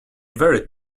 very